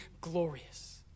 glorious